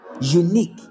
unique